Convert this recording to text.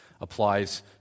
applies